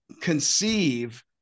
conceive